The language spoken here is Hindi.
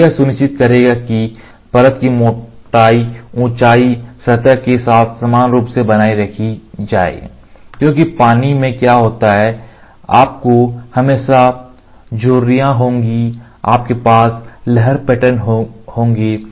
तो यह सुनिश्चित करेगा कि परत की मोटाई ऊंचाई सतह के साथ समान रूप से बनाए रखी जाए क्योंकि पानी में क्या होता है आपको हमेशा झुर्रियां होंगी या आपके पास लहर पैटर्न होंगे